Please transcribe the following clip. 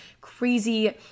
crazy